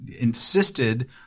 insisted